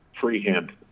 freehand